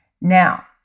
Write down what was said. Now